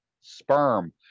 sperm